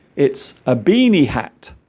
it's a beanie hat